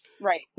Right